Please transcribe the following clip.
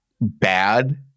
bad